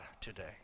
today